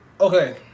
Okay